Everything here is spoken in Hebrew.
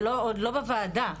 זה עוד לא בוועדה.